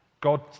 God